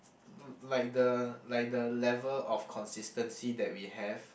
l~ like the like the level of consistency that we have